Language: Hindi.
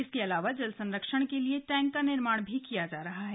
इसके अलावा जल संरक्षण के लिए टैंक का निर्माण भी किया जा रहा है